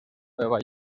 nueva